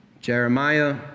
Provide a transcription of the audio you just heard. Jeremiah